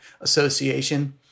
Association